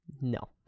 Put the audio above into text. no